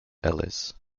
elis